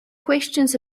questions